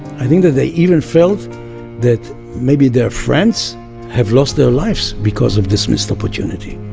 i think that they even felt that maybe their friends have lost their lives because of this missed opportunity.